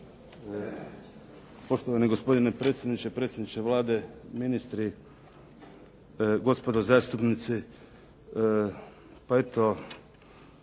Poštovani gospodine predsjedniče, predsjedniče Vlade, ministri, gospodo zastupnici. Pa eto